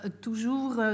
toujours